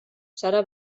serà